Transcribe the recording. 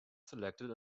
selected